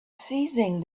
seizing